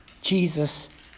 Jesus